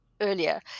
earlier